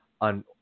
on